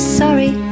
sorry